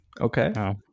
Okay